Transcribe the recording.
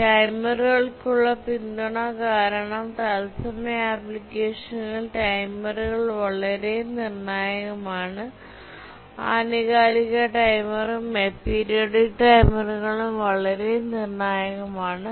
ടൈമറുകൾക്കുള്ള പിന്തുണ കാരണം തത്സമയ അപ്ലിക്കേഷനുകളിൽ ടൈമറുകൾ വളരെ നിർണായകമാണ് ആനുകാലിക ടൈമറും അപീരിയോഡിക് ടൈമറുകളും വളരെ നിർണായകമാണ്